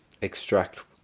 extract